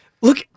look